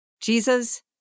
Jesus